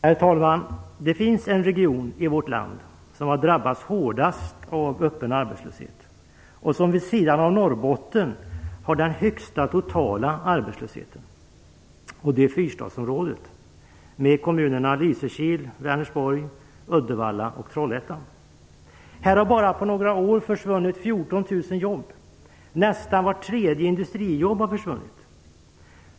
Herr talman! Det finns en region i vårt land som har drabbats hårdast av öppen arbetslöshet och som vid sidan av Norrbotten har den högsta totala arbetslösheten, och det är Fyrstadsområdet med kommunerna Lysekil, Vänersborg, Uddevalla och Trollhättan. Här har bara på några år försvunnit 14 000 jobb. Nästan vart tredje industrijobb har försvunnit.